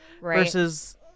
versus